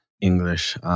English